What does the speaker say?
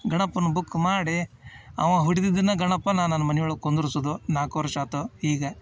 ಗಣಪನ ಬುಕ್ ಮಾಡಿ ಅವ ಹಿಡ್ದಿದ್ದನ್ನು ಗಣಪ ನಾ ನನ್ನ ಮನೆ ಒಳಗೆ ಕುಂದರ್ಸುದು ನಾಲ್ಕು ವರ್ಷ ಆತು ಈಗ